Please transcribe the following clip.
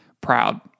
proud